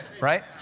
Right